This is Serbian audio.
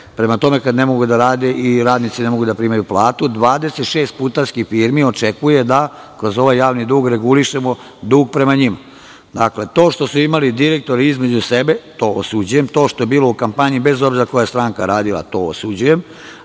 Prema tome, kada ne mogu da rade i radnici ne mogu da primaju platu, 26 puta putarskih firmi očekuje da kroz ovaj javni dug regulišemo dug prema njima. Dakle, to što su imali direktori između sebe, to osuđujem, to što je bilo u kampanji, bez obzira koja stranka radila, to osuđujem,